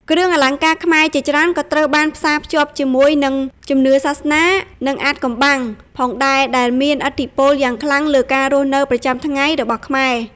គ្រឿងអលង្ការខ្មែរជាច្រើនក៏ត្រូវបានផ្សារភ្ជាប់ជាមួយនឹង ជំនឿសាសនា និងអាថ៌កំបាំង ផងដែរ ដែលមានឥទ្ធិពលយ៉ាងខ្លាំងលើការរស់នៅប្រចាំថ្ងៃរបស់ខ្មែរ។